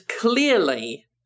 clearly